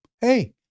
Hey